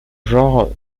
genre